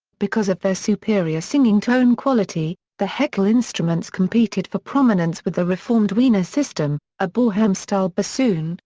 because of their superior singing tone quality, the heckel instruments competed for prominence with the reformed wiener system, a boehm-style bassoon,